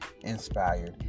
inspired